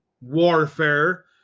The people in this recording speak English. warfare